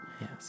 Yes